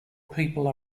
people